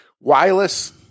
Wireless